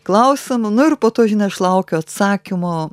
klausia nu nu ir po to žinai aš laukiu atsakymo